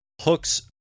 hooks